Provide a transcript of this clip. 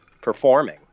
performing